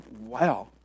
wow